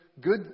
Good